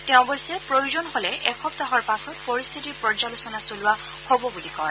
তেওঁ অৱশ্যে প্ৰয়োজন হলে এসপ্তাহৰ পাছত পৰিস্থিতিৰ পৰ্যালোচনা চলোৱা হ'ব বুলি কয়